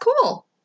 cool